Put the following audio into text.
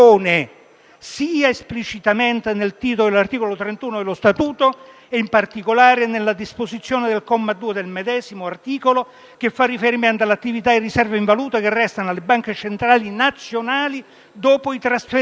sia esplicitamente nel titolo dell'articolo 31 dello statuto, e in particolare nella disposizione del comma 2 del medesimo articolo, che fa riferimento all'attività di riserve in valuta che restano alle banche centrali nazionali dopo i trasferimenti,